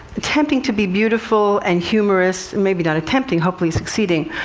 attempting to be beautiful and humorous maybe not attempting, hopefully succeeding.